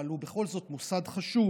אבל הוא בכל זאת מוסד חשוב,